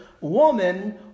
woman